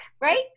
right